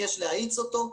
יש להאיץ אותו,